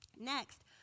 Next